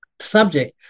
subject